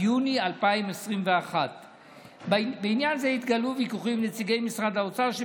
יוני 2021. בעניין זה התגלעו ויכוחים עם נציגי משרד האוצר,